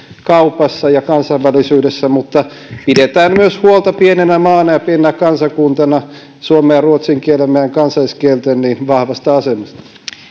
kaupassa ja kansainvälisyydessä mutta pidetään myös huolta pienenä maana ja pienenä kansakuntana suomen ja ruotsin kielten meidän kansalliskielten vahvasta asemasta